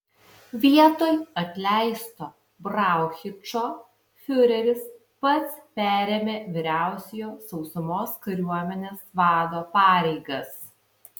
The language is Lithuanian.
vietoj atleisto brauchičo fiureris pats perėmė vyriausiojo sausumos kariuomenės vado pareigas